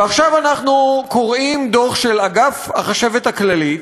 ועכשיו אנחנו קוראים דוח של אגף החשבת הכללית,